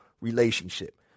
relationship